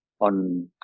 on